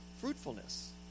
fruitfulness